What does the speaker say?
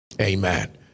Amen